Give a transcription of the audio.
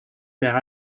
père